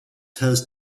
has